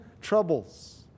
troubles